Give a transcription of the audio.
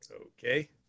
okay